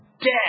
dead